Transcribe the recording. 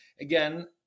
again